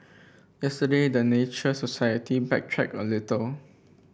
yesterday the Nature Society backtracked a little